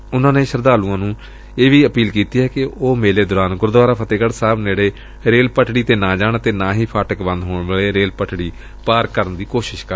ਉਨੂਾਂ ਨੇ ਸ਼ਰਧਾਲੂਆਂ ਨੂੰ ਇਹ ਵੀ ਅਪੀਲ ਕੀਤੀ ਏ ਕਿ ਉਹ ਮੇਲੇ ਦੌਰਾਨ ਗੁਰਦੁਆਰਾ ਫਤਹਿਗਤੁ ਸਾਹਿਬ ਨੇੜੇ ਰੇਲ ਪੱਟੜੀ ਤੇ ਨਾ ਜਾਣ ਅਤੇ ਨਾ ਹੀ ਫਾਟਕ ਬੰਦ ਹੋਣ ਵੇਲੇ ਰੇਲ ਪੱਟੜੀ ਪਾਰ ਕਰਨ ਦੀ ਕੋਸ਼ਿਸ਼ ਕਰਨ